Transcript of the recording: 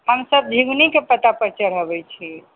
हमसभ झिंगुनीके पत्तापर चढ़बैत छी